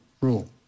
rule